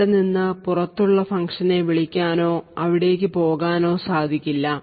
അവിടെനിന്ന് പുറത്തുള്ള ഫങ്ക്ഷനെ വിളിക്കാനോ അവിടേക്ക് പോകാനോ സാധിക്കില്ല